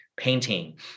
painting